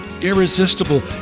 irresistible